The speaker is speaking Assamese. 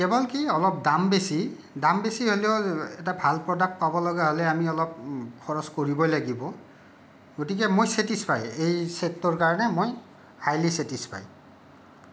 কেৱল কি অলপ দাম বেছি দাম বেছি হ'লেও এটা ভাল প্ৰডাক্ট পাব লগা হ'লে আমি অলপ খৰচ কৰিবই লাগিব গতিকে মই ছেটিছফাই এই চেটটোৰ কাৰণে মই হাইলি ছেটিছফাই